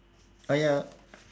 oh ya